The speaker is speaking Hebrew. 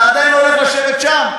אתה עדיין הולך לשבת שם?